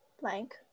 blank